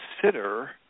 consider